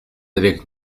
avec